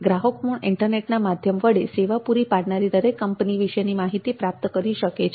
ગ્રાહકો પણ ઇન્ટરનેટના માધ્યમ વડે સેવા પૂરી પાડનારી દરેક કંપની વિશેની માહિતી પ્રાપ્ત કરી શકે છે